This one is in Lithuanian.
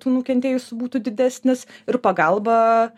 tų nukentėjusių būtų didesnis ir pagalba